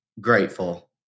grateful